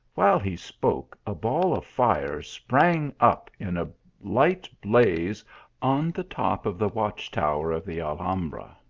while he spoke a ball of fire sprang up in a light blaze on the top of the watch-tower of the al hambra.